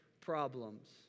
problems